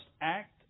act